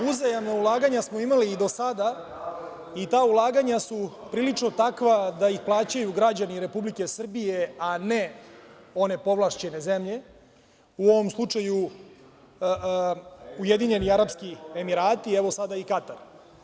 Uzajamna ulaganja smo imali i do sada i ta ulaganja su prilično takva da ih plaćaju građani Republike Srbije, a ne one povlašćene zemlje, u ovom slučaju UAE, evo sada i Katar.